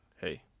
Hey